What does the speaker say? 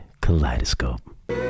kaleidoscope